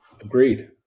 Agreed